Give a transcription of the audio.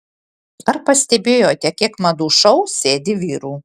ar pastebėjote kiek madų šou sėdi vyrų